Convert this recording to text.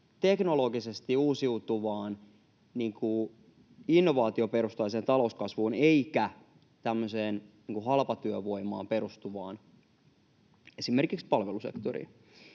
teknologisesti uusiutuvaan, innovaatioperustaiseen talouskasvuun, vaan tämmöiseen halpatyövoimaan perustuvaan, esimerkiksi palvelusektoriin.